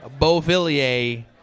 Beauvillier